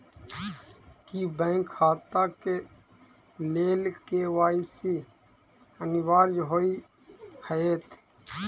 की bank खाता केँ लेल के.वाई.सी अनिवार्य होइ हएत?